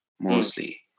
mostly